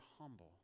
humble